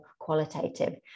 qualitative